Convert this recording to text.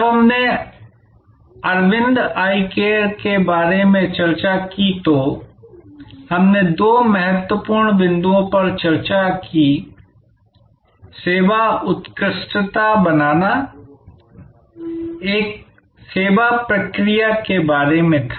जब हमने Aravind eye care के बारे में चर्चा की तो हमने सेवा उत्कृष्टता के लिए दो महत्वपूर्ण बिंदुओं पर चर्चा की जिसमें से एक सेवा प्रक्रिया के बारे में था